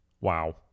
Wow